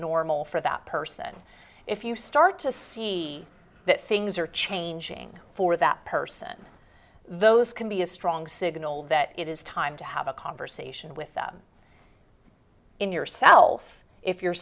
normal for that person if you start to see that things are changing for that person those can be a strong signal that it is time to have a conversation with them in yourself if you're